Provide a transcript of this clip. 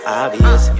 obvious